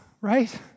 right